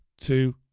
two